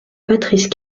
patrice